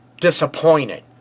Disappointed